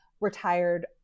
retired